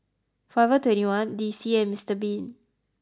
Forever Twenty One D C and Mister bean